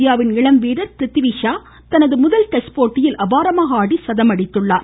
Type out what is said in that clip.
இந்தியாவின் இளம்வீரர் ப்ரித்விஷா தனது முதல் டெஸ்ட் போட்டியில் அபாரமாக ஆடி சதம் அடித்துள்ளார்